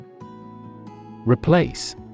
Replace